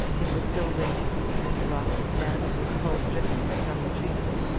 it was still winter, and the rock was damp with cold drippings from the trees,